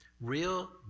Real